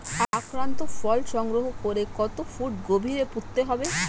আক্রান্ত ফল সংগ্রহ করে কত ফুট গভীরে পুঁততে হবে?